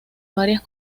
varias